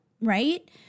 Right